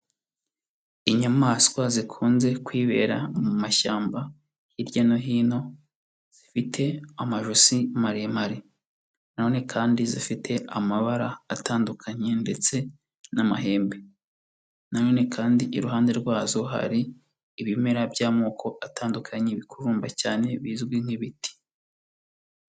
Inyamaswa zikunze kwibera mu mashyamba hirya no hino, zifite amajosi maremare na none kandi zifite amabara atandukanye ndetse n'amahembe, na none kandi iruhande rwazo hari ibimera by'amoko atandukanye bikururumba cyane bizwi nk'ibiti.